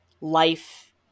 life